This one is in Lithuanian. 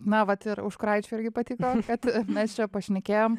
na vat ir užkuraičiui irgi patiko kad mes čia pašnekėjom